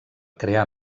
crear